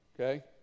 okay